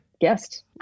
guest